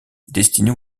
destinés